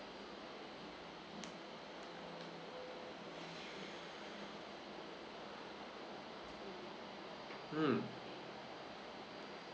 mm